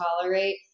tolerate